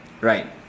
Right